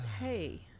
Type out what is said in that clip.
Hey